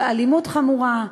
באלימות חמורה.